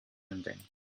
ending